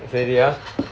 you say already ah